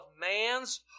man's